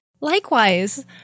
Likewise